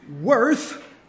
worth